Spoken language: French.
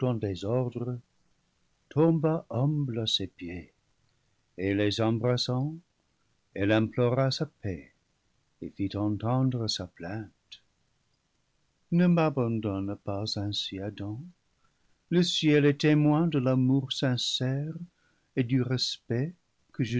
désordre tomba humble à ses pieds et les embrassant elle implora sa paix et fit entendre sa plainte ne m'abandonne pas ainsi adam le ciel est témoin de l'amour sincère et du respect que